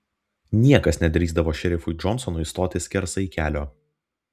niekas nedrįsdavo šerifui džonsonui stoti skersai kelio